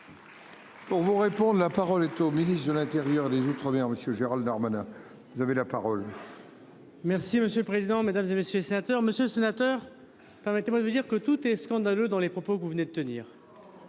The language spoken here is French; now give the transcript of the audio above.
Pour vous répondre. La parole est au ministre de l'Intérieur les bien. Monsieur Gérald Darmanin. Vous avez la parole. Merci monsieur le président, Mesdames, et messieurs les sénateurs, Monsieur le Sénateur, permettez-moi de vous dire que tout est scandale dans les propos que vous venez de tenir.